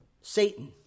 Satan